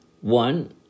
One